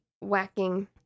whacking